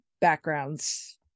backgrounds